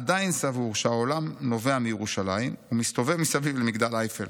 עדיין סבור שהעולם נובע מירושלים ומסתובב מסביב למגדל אייפל.